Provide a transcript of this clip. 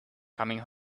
coming